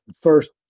first